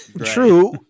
true